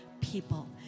people